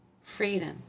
Freedom